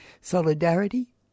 solidarity